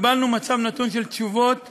קיבלה מצב נתון של תשובות